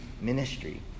ministry